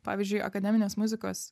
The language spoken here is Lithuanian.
pavyzdžiui akademinės muzikos